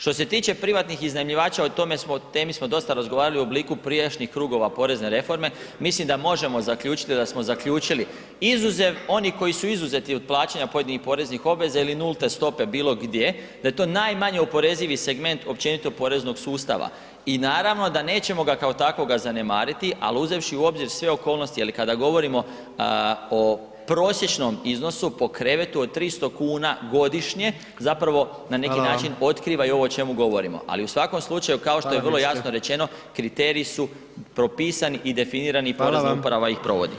Što se tiče privatnih iznajmljivača, o tome smo temi smo dosta razgovarali u obliku prijašnjih krugova porezne reforme, mislim da možemo zaključiti da smo zaključili izuzev onih koji su izuzeti od plaćanja pojedinih poreznih obveza ili nulte stope bilo gdje, da je to najmanje oporezivi segment općenito poreznog sustava i naravno da nećemo ga kao takvoga zanemariti, ali uzevši u obzir sve okolnosti, je li, kada govorimo o prosječnom iznosu po krevetu od 300 kuna godišnje, zapravo na neki način [[Upadica: Hvala.]] otkriva i ovo o čemu govorimo, ali u svakom slučaju, [[Upadica: Hvala ministre.]] kao što je vrlo jasno rečeno, kriteriji su propisani i definirani [[Upadica: Hvala vam.]] i Porezna uprava ih provodi.